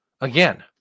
Again